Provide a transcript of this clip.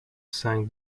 sang